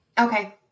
Okay